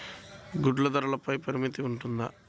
గుడ్లు ధరల పై పరిమితి ఉంటుందా?